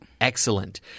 Excellent